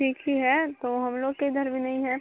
ठीक ही है तो हम लोग के इधर भी नहीं है